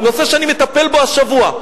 נושא שאני מטפל בו השבוע.